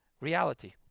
reality